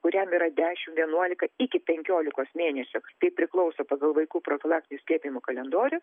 kuriam yra dešim vienuolika iki penkiolikos mėnesių tai priklauso pagal vaikų profilaktinių skiepijimų kalendorių